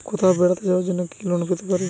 কোথাও বেড়াতে যাওয়ার জন্য কি লোন পেতে পারি?